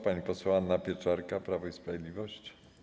Pani poseł Anna Pieczarka, Prawo i Sprawiedliwość.